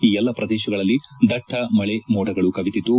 ಈ ಎಲ್ಲ ಪ್ರದೇಶಗಳಲ್ಲಿ ದಟ್ಟ ಮಳೆ ಮೋಡಗಳು ಕವಿದಿದ್ದು